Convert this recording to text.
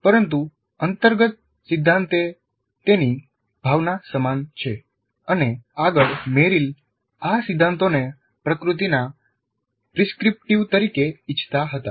પરંતુ અંતર્ગત સિદ્ધાં તેની ભાવના સમાન છે અને આગળ મેરિલ આ સિદ્ધાંતોને પ્રકૃતિના પ્રિસ્ક્રિપ્ટિવ તરીકે ઇચ્છતા હતા